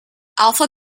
alpha